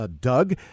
Doug